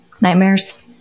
nightmares